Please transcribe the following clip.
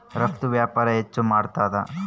ರಫ್ತು ವ್ಯಾಪಾರ ಹೆಚ್ಚು ಮಾಡ್ತಾದ